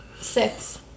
Six